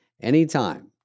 anytime